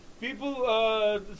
people